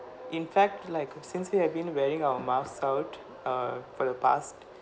in fact like since we have been wearing our mask out uh for the past